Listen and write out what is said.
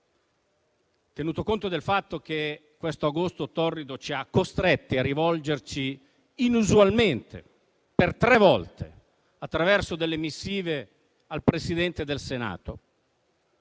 tenuto conto del fatto che questo agosto torrido ci ha costretti a rivolgerci inusualmente per tre volte, attraverso delle missive, al Presidente del Senato